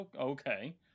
Okay